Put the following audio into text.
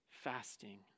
fasting